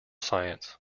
science